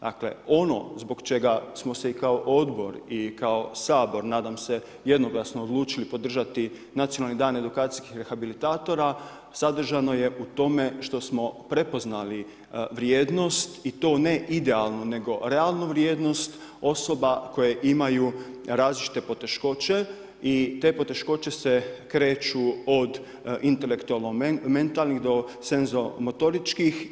Dakle, ono zbog čega smo se i kao odbor i kao sabor, nadam se jednoglasno odlučili podržati nacionalni dan edukacijskih rehabilitatora, sadržano je u tome, što smo prepoznali vrijednost i to ne idealnu, nego realnu vrijednost osoba koje imaju različite poteškoće i te poteškoće se kreću od intelektualno metalnih do senzualno motoričkih.